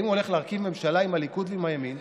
אם הוא הולך להרכיב ממשלה עם הליכוד ועם הימין,